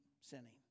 sinning